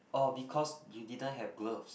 oh because you didn't have gloves